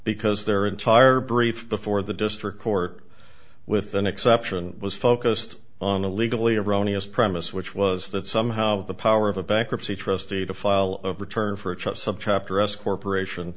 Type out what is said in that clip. because their entire brief before the district court with an exception was focused on a legally erroneous premise which was that somehow the power of a bankruptcy trustee to file a return for each of subchapter s corporation